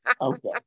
Okay